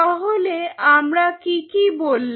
তাহলে আমরা কি কি বললাম